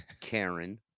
Karen